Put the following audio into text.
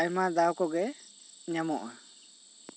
ᱟᱭᱢᱟ ᱫᱟᱣ ᱠᱚᱜᱮ ᱧᱟᱢᱚᱜᱼᱟ